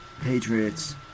patriots